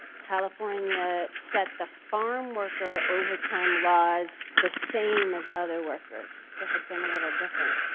california set the farmworker overtime laws the same as other workers. they had been a little different.